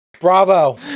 Bravo